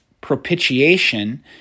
propitiation